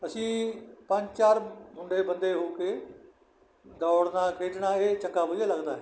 ਅਸੀਂ ਪੰਜ ਚਾਰ ਮੁੰਡੇ ਬੰਦੇ ਹੋ ਕੇ ਦੌੜਨਾ ਖੇਡਣਾ ਇਹ ਚੰਗਾ ਵਧੀਆ ਲੱਗਦਾ ਹੈ